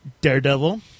Daredevil